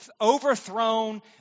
overthrown